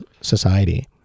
society